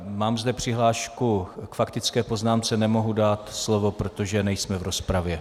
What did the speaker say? Mám zde přihlášku k faktické poznámce, nemohu dát slovo, protože nejsme v rozpravě.